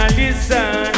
listen